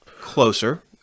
closer